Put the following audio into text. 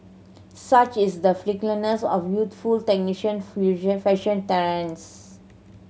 such is the fickleness of youthful fashion